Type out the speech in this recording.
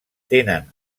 tenen